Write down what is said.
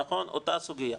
נכון, בדיוק, אותה סוגיה.